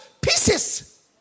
pieces